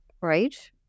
right